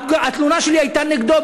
התלונה שלי הייתה נגדו,